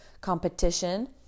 competition